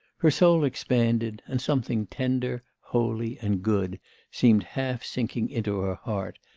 her soul expanded and something tender, holy, and good seemed half sinking into her heart,